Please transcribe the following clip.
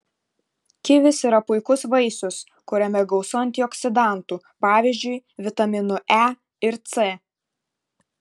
kivis yra puikus vaisius kuriame gausu antioksidantų pavyzdžiui vitaminų e ir c